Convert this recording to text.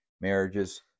marriages